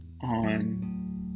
on